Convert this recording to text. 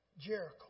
Jericho